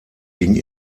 ging